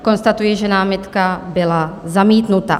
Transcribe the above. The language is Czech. Konstatuji, že námitka byla zamítnuta.